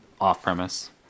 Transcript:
off-premise